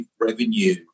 revenue